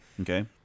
Okay